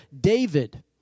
David